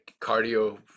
cardio